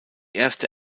erste